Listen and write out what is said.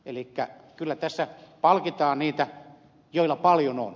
elikkä kyllä tässä palkitaan niitä joilla paljon on